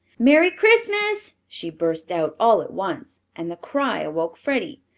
merry christmas! she burst out, all at once, and the cry awoke freddie.